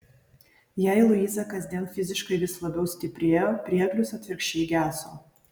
jei luiza kasdien fiziškai vis labiau stiprėjo prieglius atvirkščiai geso